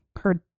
heard